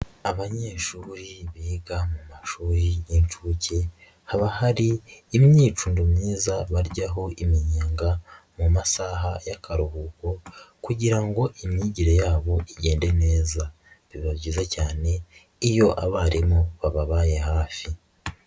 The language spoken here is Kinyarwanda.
Abanyeshuri biga mu mashuri y'inshuke, haba hari imyicundo myiza baryaho iminyega mu masaha y'akaruhuko kugira ngo imyigire yabo igende neza, biba byiza cyane iyo abarimu bababaye hafi.